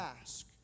ask